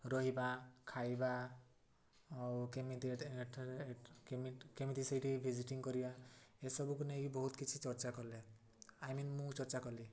ରହିବା ଖାଇବା ଆଉ କେମିତି କେମିତି ସେଇଠି ଭିଜିଟିଙ୍ଗ କରିବା ଏସବୁକୁ ନେଇକି ବହୁତ କିଛି ଚର୍ଚ୍ଚା କଲେ ଆଇ ମିନ ମୁଁ ଚର୍ଚ୍ଚା କଲି